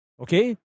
okay